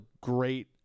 great